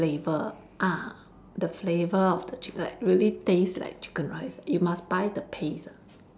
flavour ah the flavour of the chicken like really taste like chicken rice you must buy the paste ah